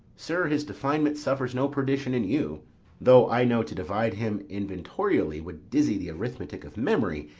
sir, his definement suffers no perdition in you though, i know, to divide him inventorially would dizzy the arithmetic of memory,